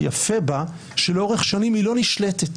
היפה בה שלאורך שנים היא לא נשלטת.